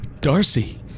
Darcy